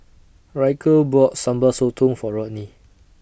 Ryker bought Sambal Sotong For Rodney